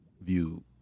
view